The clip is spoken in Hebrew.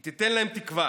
היא תיתן להם תקווה,